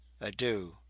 adieu